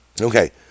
okay